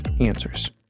answers